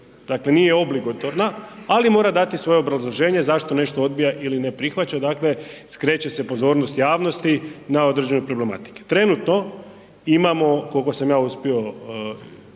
dakle nije obligotorna, ali mora dati svoje obrazloženje zašto nešto odbija ili ne prihvaća, dakle skreće se pozornost javnosti na određene problematike. Trenutno imamo, kolko sam ja uspio